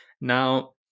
now